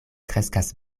kreskas